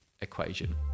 equation